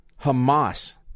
Hamas